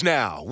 now